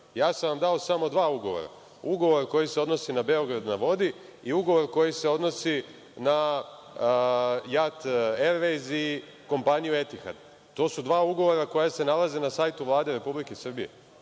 Dao sam vam samo dva ugovora - ugovor koji se odnosi na „Beograd na vodi“ i ugovor koji se odnosi na JAT Ervejz i kompaniju „Etihad“. To su dva ugovora koja se nalaze na sajtu Vlade Republike Srbije,